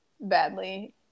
badly